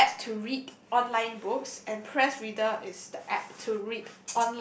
the app to read online books and press reader is the app is to read